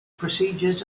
procedures